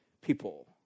people